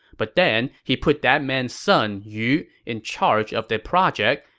but then he put that man's son, yu, in charge of the project,